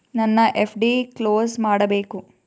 ನನ್ನ FD close ಮಾಡಬೇಕು